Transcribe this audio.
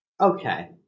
Okay